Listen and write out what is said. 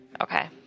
Okay